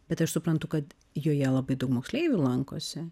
bet aš suprantu kad joje labai daug moksleivių lankosi